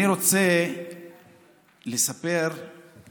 אני רוצה לספר את